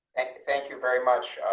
thank you very much,